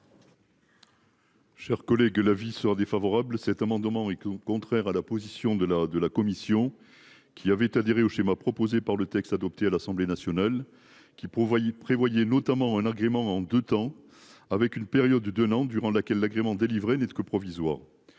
Chers collègues, l'avis sera défavorable cet amendement et que au contraire à la position de la de la commission qui avait adhéré au schéma proposé par le texte, adopté à l'Assemblée nationale qui prévoyait prévoyait notamment un argument de temps avec une période an durant laquelle l'agrément délivré n'être que provisoire.